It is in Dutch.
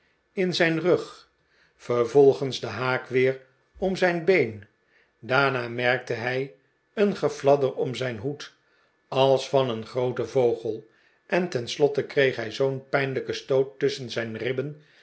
in zijn rug vervolgens den haak weer om zijn been daarna merkte hij een gefladder om zijn hoed als van een grooten vogel en tenslotte kreeg hij zoo'n pijnlijken stoot tusschen zijn ribben